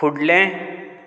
फुडलें